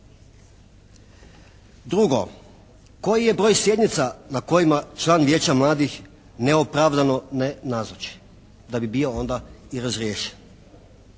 Drugo, koji je broj sjednica na kojima član Vijeća mladih neopravdano ne nazoči da bi bio onda i razriješen.